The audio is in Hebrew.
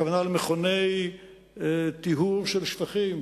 הכוונה למכוני טיהור של שפכים,